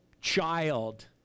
child